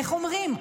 איך אומרים,